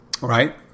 Right